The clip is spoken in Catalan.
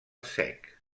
sec